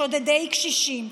שודדי קשישים,